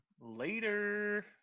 Later